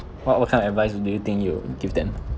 what what kind of advice do you think you give them